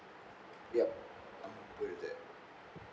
yup I'm good with that